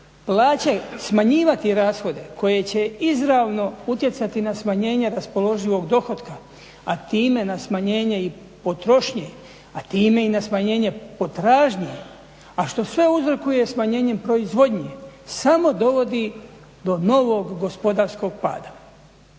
Plaće, smanjivati rashode koje će izravno utjecati na smanjenje raspoloživog dohotka a time na smanjenje i potrošnje a time i na smanjenje potražnje, a što sve uzrokuje smanjenjem proizvodnje samo dovodi do novog gospodarskog pada.